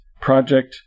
Project